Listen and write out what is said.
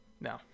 No